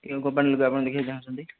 କେଉଁ କମ୍ପାନୀର ଲୁଗା ଆପଣ ଦେଖିବାକୁ ଚାହୁଁଛନ୍ତି